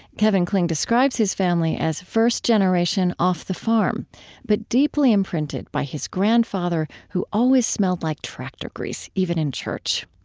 kevin kling describes his family as first-generation-off-the-farm but deeply imprinted by his grandfather, who always smelled like tractor grease, even in church.